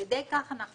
על ידי כך אנחנו